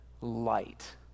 light